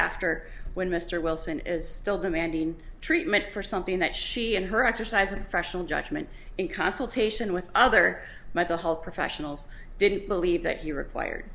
after when mr wilson is still demanding treatment for something that she and her exercise and fresh judgment in consultation with other mental health professionals didn't believe that he required